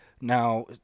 now